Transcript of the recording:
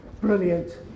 Brilliant